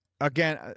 Again